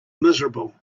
miserable